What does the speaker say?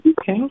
Okay